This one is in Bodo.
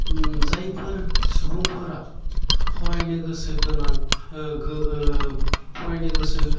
जायफोर सुबुंफोरा फरायनो गोसो गोनां फरायनो गोसो